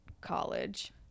college